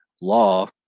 law